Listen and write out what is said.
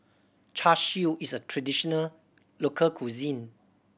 Char Siu is a traditional local cuisine